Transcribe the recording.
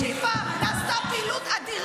בבית החולים שיפא נעשתה פעילות אדירה,